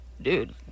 Dude